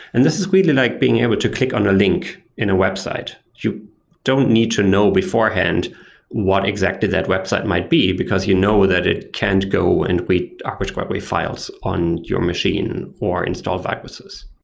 and this is really like being able to click on a link in a website. you don't need to know beforehand what exactly that website might be, because you know that it can't go and read arbitrary files on your machine or install viruses.